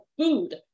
food